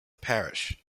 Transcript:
parish